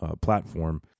platform